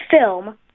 film